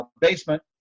basement